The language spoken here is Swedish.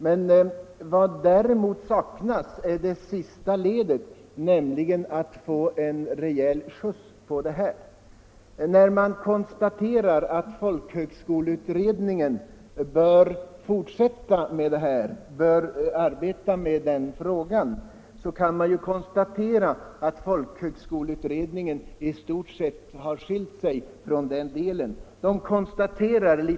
Vad som däremot saknas är det sista ledet, nämligen att få en rejäl skjuts på det hela nu. När det sägs att folkhögskoleutredningen bör arbeta med frågan kan man ju erinra om att utredningen i stort sett skilt sig från den delen av sitt arbete.